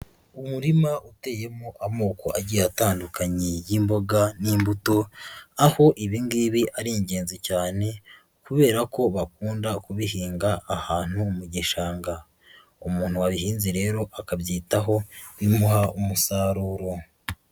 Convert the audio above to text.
Umurima uteyemo amoko agiye atandukanye y'imboga n'imbuto, aho ibi ngibi ari ingenzi cyane kubera ko bakunda kubihinga ahantu mu gishanga, umuntu wabihinze rero akabyitaho bimuha umusaruro.